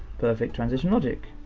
perfect, transition logic.